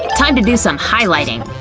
time to do some highlighting!